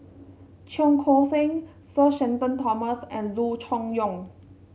Cheong Koon Seng Sir Shenton Thomas and Loo Choon Yong